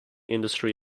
industry